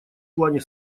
плане